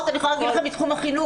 אני יכולה להגיד לכם מתחום החינוך,